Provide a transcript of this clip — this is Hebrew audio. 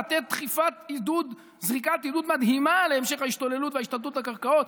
לתת זריקת עידוד מדהימה להמשך ההשתוללות וההשתלטות על קרקעות.